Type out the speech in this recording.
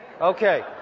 Okay